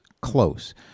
close